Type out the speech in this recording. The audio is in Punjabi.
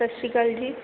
ਸਤਿ ਸ਼੍ਰੀ ਅਕਾਲ ਜੀ